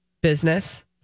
business